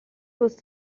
whose